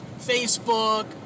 Facebook